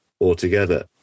altogether